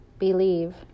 believe